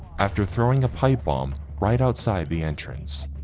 after throwing a pipe bomb right outside the entrance,